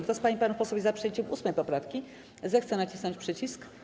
Kto z pań i panów posłów jest za przyjęciem 8. poprawki, zechce nacisnąć przycisk.